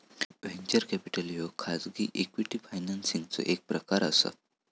venture capital ह्यो खाजगी equity फायनान्सिंगचो एक प्रकार असा